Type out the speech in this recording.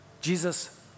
Jesus